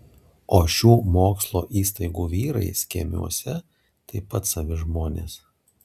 o šių mokslo įstaigų vyrai skėmiuose taip pat savi žmonės